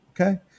Okay